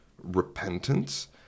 repentance